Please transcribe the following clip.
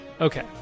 Okay